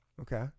Okay